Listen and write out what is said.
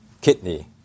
kidney